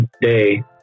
day